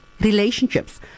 relationships